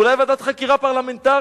ואולי ועדת חקירה פרלמנטרית.